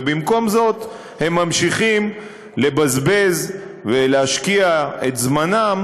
ובמקום זה הם ממשיכים לבזבז ולהשקיע את זמנם